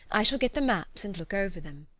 i shall get the maps and look over them.